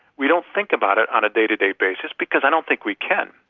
we don't think about it on a day-to-day basis, because i don't think we can.